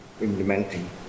implementing